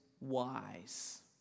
wise